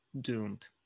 doomed